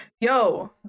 yo